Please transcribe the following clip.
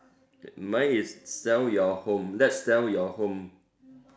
mine is sell your home let's sell your home